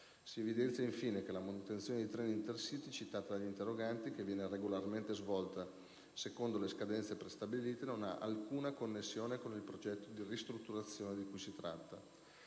Si evidenzia, infine, che la manutenzione dei treni Intercity citata dagli interroganti, che viene regolarmente svolta secondo le scadenze prestabilite, non ha alcuna connessione con il progetto di ristrutturazione di cui trattasi.